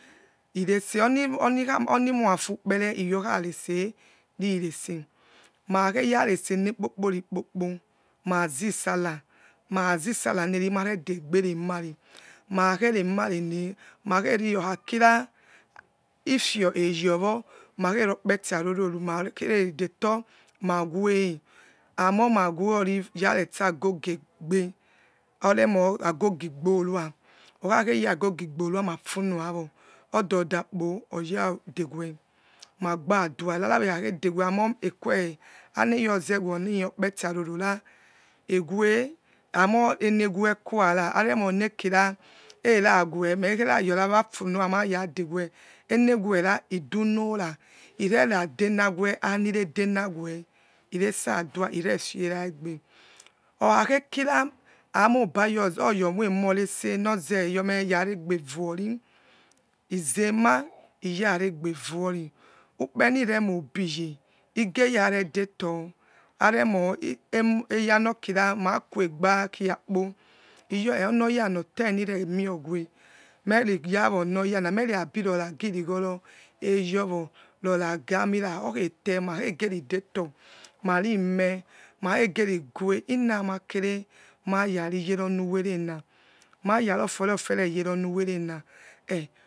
Rese onimuafu ukpere iyokharese rirese makhakheyarese nekpokporikpo mazi sallah makhazissala ne maredegbe remare makhakhere marene makhe ri okhakina ifio eyowo makherokpe to aroro ni makhe detor niave emie mawori raresa agogi igbe aremo agogi igoruwa okhakheyor agogi gborua mafu nobawo ododakpo oya dewe magba dua emo ekuw anireyozewonu okpeti aro rora ewe amo ewekuara areh onoie nekia erawe mekheyori rafunor maya dewe enewera idunora ireradenawe aniredenawe irese adua irefieraegbe okhakhekira amolbaze oyomoimorese noze yome yaregbevori izema iyaregbe vori ukpere nire moi obiye igeyare detor avemo emo eyanokira maquegba kiakpo iyokhi oneyana otenigeremior weh merirawonoyana meriabi rona girigoro eyowo ronagi amira okhetema ikhege ridetor mari meh makhegerigue inna makere mayariyereonu were na mara rofierefiere yeronuwerena he